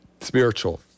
spiritual